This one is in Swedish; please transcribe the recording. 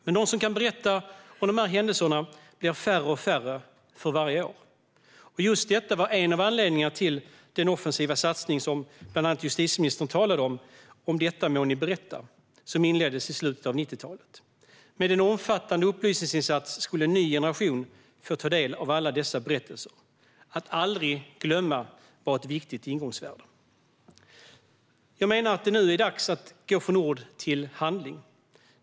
Men de som kan berätta om dessa händelser blir färre och färre för varje år. Just detta var en av anledningarna till den offensiva satsning som bland andra justitieministern talade om, Om detta må ni berätta, som inleddes i slutet av 1990-talet. Med en omfattande upplysningsinsats skulle en ny generation få ta del av alla dessa berättelser. Att aldrig glömma var ett viktigt ingångsvärde. Jag menar att det nu är dags att gå från ord till handling.